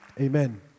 Amen